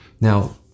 Now